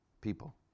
people